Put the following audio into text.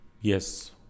yes